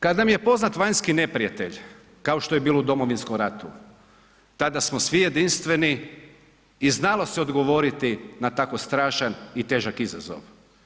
Kad nam je poznat vanjski neprijatelj kao što je bilo u Domovinskom ratu, tada smo svi jedinstveni i znalo se odgovoriti na tako strašan i težak izazov.